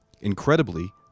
Incredibly